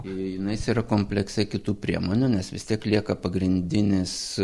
jinais yra komplekse kitų priemonių nes vis tiek lieka pagrindinis